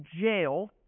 jail